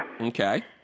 Okay